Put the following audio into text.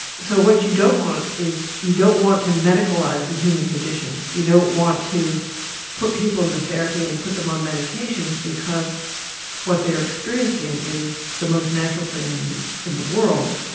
so what you don't want is you don't want to medicalise the human condition, you don't want to put people into therapy and put them on medications, because what they are experiencing is the most natural thing and in the world.